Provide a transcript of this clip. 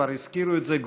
כבר הזכירו את זה,